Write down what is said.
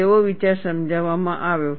તેનો વિચાર સમજાવવામાં આવ્યો